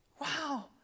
Wow